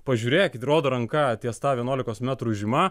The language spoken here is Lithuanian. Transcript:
pažiūrėkit rodo ranka ties ta vienuolikos metrų žyma